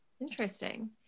Interesting